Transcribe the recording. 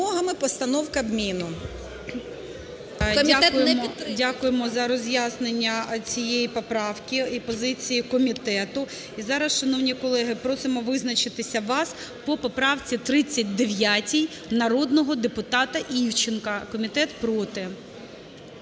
Дякуємо за роз'яснення цієї поправки і позиції комітету. І зараз, шановні колеги, просимо визначитися вас по поправці 39 народного депутата Івченка. Комітет проти.